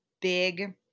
big